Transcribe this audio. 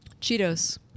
Cheetos